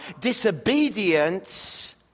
Disobedience